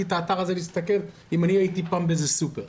את האתר הזה לראות אם הייתי פעם באיזה סופרמרקט.